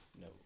No